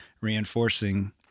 reinforcing